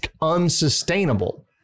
unsustainable